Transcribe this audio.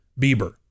Bieber